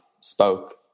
spoke